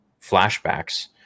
flashbacks